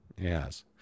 Yes